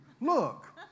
look